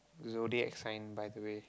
zodiac sign by the way